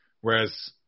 Whereas